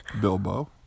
Bilbo